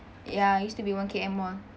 ya used to be one K_M mall